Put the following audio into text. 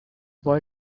boy